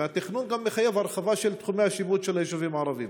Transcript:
והתכנון גם מחייב הרחבה של תחומי השיפוט של היישובים הערביים.